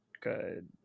good